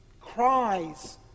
cries